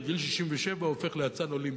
בגיל 67 הופך לאצן אולימפי.